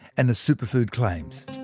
and the superfood claims.